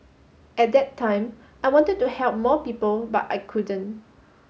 at that time I wanted to help more people but I couldn't